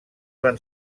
van